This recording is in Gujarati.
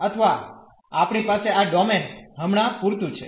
અથવા આપણી પાસે આ ડોમેન હમણાં પૂરતું છે